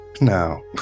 Now